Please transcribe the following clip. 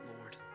Lord